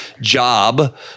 job